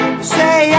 Say